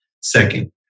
Second